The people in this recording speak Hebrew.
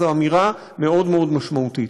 זו אמירה מאוד מאוד משמעותית,